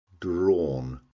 drawn